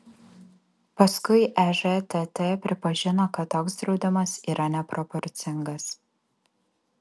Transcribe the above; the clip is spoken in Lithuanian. paskui ežtt pripažino kad toks draudimas yra neproporcingas